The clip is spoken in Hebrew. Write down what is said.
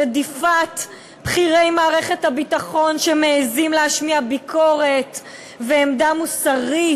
רדיפת בכירי מערכת הביטחון שמעזים להשמיע ביקורת ועמדה מוסרית,